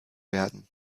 werden